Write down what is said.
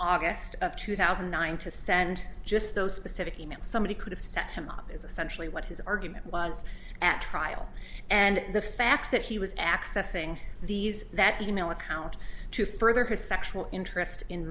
august of two thousand and nine to send just those specific e mails somebody could have set him up as essentially what his argument was at trial and the fact that he was accessing these that e mail account to further his sexual interest in